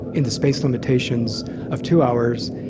in the space limitations of two hours,